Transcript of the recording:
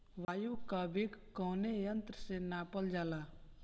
वायु क वेग कवने यंत्र से नापल जाला?